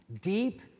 Deep